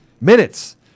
Minutes